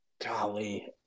Golly